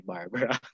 Barbara